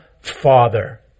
Father